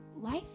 life